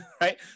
right